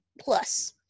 plus